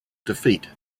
defeat